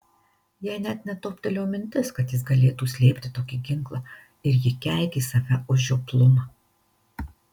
jai net netoptelėjo mintis kad jis galėtų slėpti tokį ginklą ir ji keikė save už žioplumą